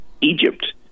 Egypt